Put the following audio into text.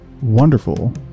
wonderful